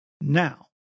Now